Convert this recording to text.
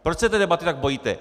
Proč se té debaty tak bojíte?